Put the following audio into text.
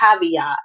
caveat